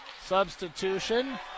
Substitution